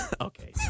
Okay